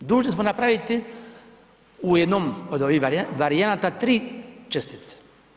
Dužni smo napraviti u jednom od ovih varijanta, 3 čestice.